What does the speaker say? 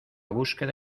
búsqueda